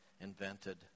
invented